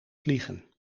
vliegen